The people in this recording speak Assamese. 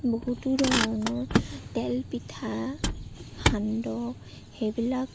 বহুতো ধৰণৰ তেল পিঠা সান্দহ সেইবিলাক